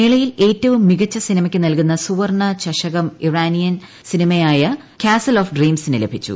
മേളയിൽ ഏറ്റവും മികച്ച സിനിമയ്ക്കു നൽകുന്ന സുവർണ്ണ ചഷകം ഇറാനിയൻ സിനിമയായ കാസിൽ ഓഫ് ഡ്രീംസിന് ലഭിച്ചു